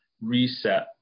reset